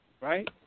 Right